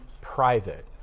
private